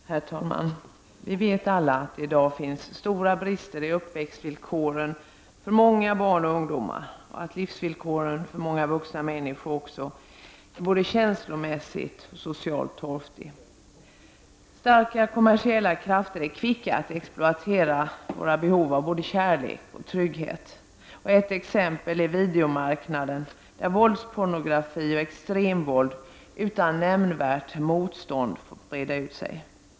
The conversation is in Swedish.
Herr talman! Vi vet alla att det i dag finns stora brister i uppväxtvillkoren för många barn och ungdomar, och att livsvillkoren för många vuxna människor också är både känslomässigt och socialt torftiga. Starka kommersiella krafter är kvicka att exploatera våra behov av både kärlek och trygghet. Ett exempel är videomarknaden, där våldspornografi och extremvåld utan nämnvärt motstånd får breda ut sig.